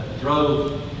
drove